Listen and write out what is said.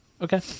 Okay